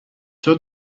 چرا